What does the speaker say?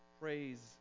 Praise